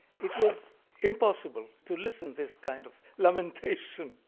it was impossible to listen this kind of lamentation.